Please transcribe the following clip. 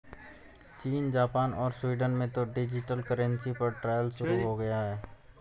चीन, जापान और स्वीडन में तो डिजिटल करेंसी पर ट्रायल शुरू हो गया है